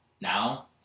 now